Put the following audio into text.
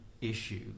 issue